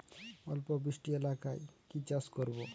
অল্প বৃষ্টি এলাকায় কি চাষ করব?